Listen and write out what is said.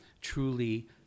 truly